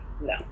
No